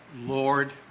Lord